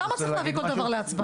למה צריך להביא כל דבר להצבעה?